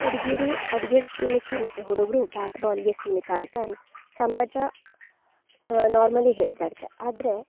ಹುಡುಗಿರು ಅಡುಗೆಗೆ ಸೀಮಿತ ಮತ್ತು ಹುಡುಗರು ಬ್ಯಾಟ್ ಬಾಲ್ಗೆ ಸೀಮಿತ ಅಂತ ಅನ್ ಸಮಾಜ ನಾರ್ಮಲಿ ಹೇಳ್ತಾಯಿರುತ್ತೆ ಆದರೆ